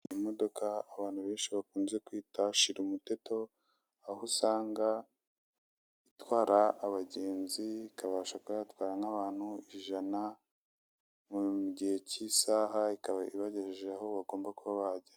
Imodoka abantu benshi bakunze kwita shira umuteto aho usanga itwara abagenzi ikabasha kuba yatwara nk'abantu ijana mu gihe k'isaha ikaba ibagejeje aho bagomba kuba bajya.